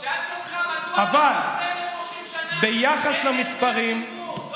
שאלתי אותך מדוע אתה חוסם ל-30 שנה מעיני הציבור,